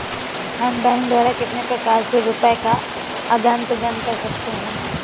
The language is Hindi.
हम बैंक द्वारा कितने प्रकार से रुपये का आदान प्रदान कर सकते हैं?